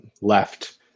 left